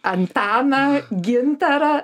antaną gintarą